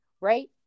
right